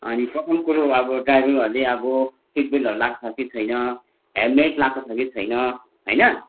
अनि प्रथम कुरो अब ड्राइभरहरूले अब सिटबेल्टहरू लाएको छ कि छैन हेलमेट लाएको छ कि छैन होइन